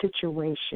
situation